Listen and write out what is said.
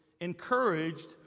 Encouraged